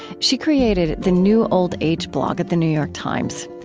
she created the new old age blog at the new york times.